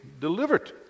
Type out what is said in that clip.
delivered